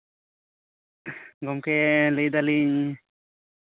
ᱜᱚᱝᱠᱮ ᱞᱟᱹᱭ ᱫᱟᱞᱤᱧ